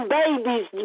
babies